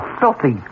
filthy